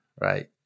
right